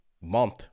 month